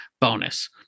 bonus